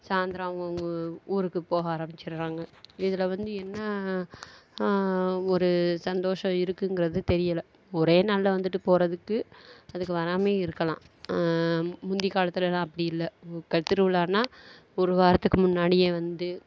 சாயந்தரம் அவங்கவுங்க ஊருக்கு போக ஆரமிச்சுட்றாங்க இதில் வந்து என்ன ஒரு சந்தோஷம் இருக்குங்கிறது தெரியலை ஒரே நாளில் வந்துட்டு போறதுக்கு அதுக்கு வராமைலே இருக்கலாம் முந்தைய காலத்துலெலாம் அப்படி இல்லை இப்போ திருவிழான்னால் ஒரு வாரத்துக்கு முன்னாடியே வந்து